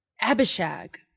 Abishag